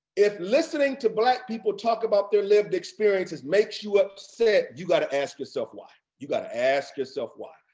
if listening to black people talk about their lived experiences makes you upset, you gotta ask yourself why. you gotta ask yourself why.